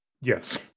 Yes